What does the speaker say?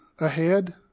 ahead